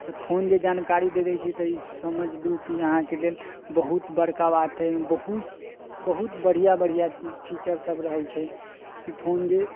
तऽ फोन जे जानकारी दऽ दै छै तऽ ई समझि लू जे कि अहाँके लेल बहुत बड़का बात हइ बहुत बहुत बढ़िआँ बढ़िआँ चीज फीचरसब रहै छै ई फोन जे